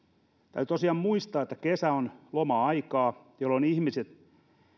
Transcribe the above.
täytyy tosiaan muistaa että kesä on loma aikaa jolloin